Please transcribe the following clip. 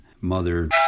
Mother